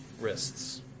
wrists